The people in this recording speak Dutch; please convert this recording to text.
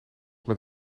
met